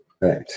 right